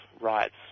rights